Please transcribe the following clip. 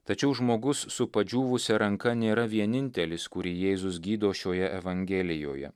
tačiau žmogus su padžiūvusia ranka nėra vienintelis kurį jėzus gydo šioje evangelijoje